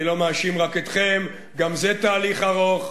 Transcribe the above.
אני לא מאשים רק אתכם, גם זה תהליך ארוך.